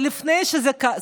עוד לפני שזה קרה,